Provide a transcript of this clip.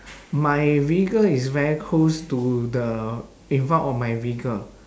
my vehicle is very close to the in front of my vehicle